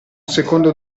secondo